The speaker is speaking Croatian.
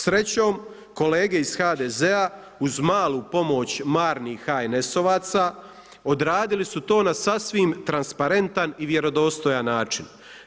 Srećom, kolege iz HDZ-a uz malu pomoć marnih HNS-ovaca, odradili su to na sasvim transparentan i vjerodostojan način.